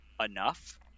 Enough